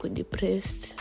depressed